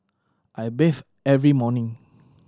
I bathe every morning